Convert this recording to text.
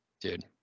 dude